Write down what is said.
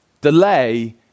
Delay